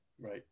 Right